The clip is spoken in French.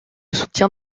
soutien